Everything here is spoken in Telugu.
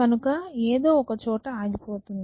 కనుక ఏదో ఒక చోట ఆగిపోతుంది